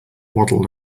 waddled